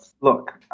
look